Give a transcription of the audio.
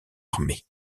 armé